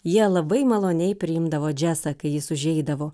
jie labai maloniai priimdavo džesą kai jis užeidavo